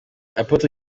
apotre